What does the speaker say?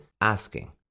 asking